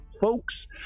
folks